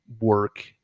work